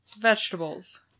Vegetables